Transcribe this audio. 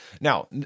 Now